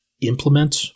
implement